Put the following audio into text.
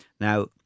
Now